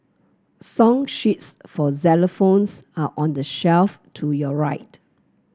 song sheets for xylophones are on the shelf to your right